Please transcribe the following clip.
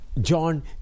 John